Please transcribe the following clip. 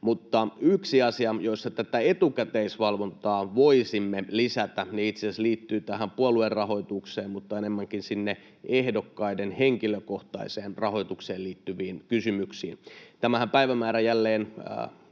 yksi asia, jossa tätä etukäteisvalvontaa voisimme lisätä, itse asiassa liittyy tähän puoluerahoitukseen mutta enemmänkin ehdokkaiden henkilökohtaiseen rahoitukseen liittyviin kysymyksiin. Tämä päivämäärähän jälleen